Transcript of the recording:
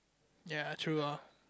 ya true lah